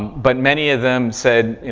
but many of them said, you